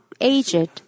aged